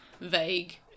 vague